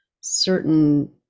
certain